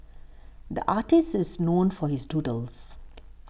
the artist is known for his doodles